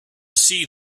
see